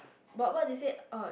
but what did you say uh